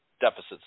deficits